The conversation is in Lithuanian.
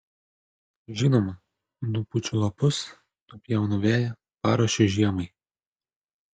žinoma nupučiu lapus nupjaunu veją paruošiu žiemai